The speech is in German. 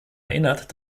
erinnert